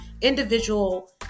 individual